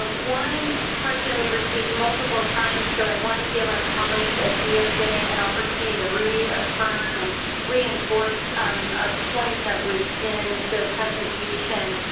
one question we received multiple times, so i want to give our colleagues at doj an and opportunity to reaffirm and reinforce a point that was in their presentation.